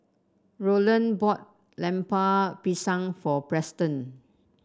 Rowland bought Lemper Pisang for Preston